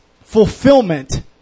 fulfillment